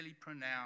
pronounced